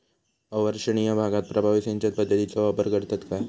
अवर्षणिय भागात प्रभावी सिंचन पद्धतीचो वापर करतत काय?